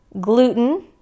Gluten